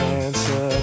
answer